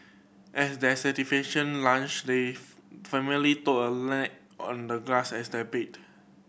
after their satisfying lunch the family took a nap on the grass as their bed